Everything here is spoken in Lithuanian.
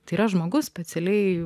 tai yra žmogus specialiai